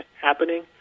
happening